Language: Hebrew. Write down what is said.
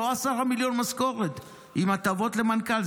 לא 10 מיליון משכורות עם הטבות למנכ"ל.